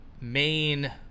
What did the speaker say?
main